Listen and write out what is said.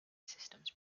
systems